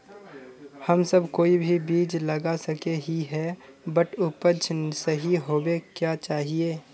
हम सब कोई भी बीज लगा सके ही है बट उपज सही होबे क्याँ चाहिए?